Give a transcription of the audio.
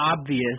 obvious